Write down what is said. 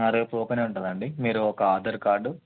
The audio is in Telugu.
రేపు ఓపెన్ ఉంటుంది అండి మీరు ఒక ఆధార్ కార్డు